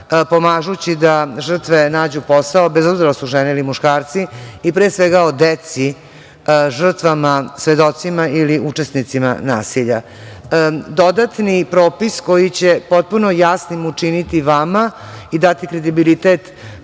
pomažući da žrtve nađu posao, bez obzira da li su žene ili muškarci i pre svega o deci, žrtvama, svedocima ili učesnicima nasilja. Dodatni propis koji će potpuno jasnim učiniti vama i dati kredibilitet